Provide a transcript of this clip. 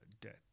debt